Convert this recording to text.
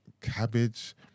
cabbage